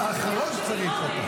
אתה האחרון שצריך את הזמן.